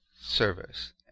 service